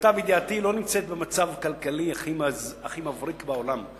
למיטב ידיעתי, לא במצב כלכלי הכי מבריק בעולם.